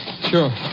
Sure